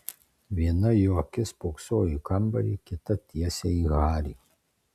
viena jo akis spoksojo į kambarį kita tiesiai į harį